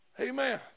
Amen